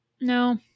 No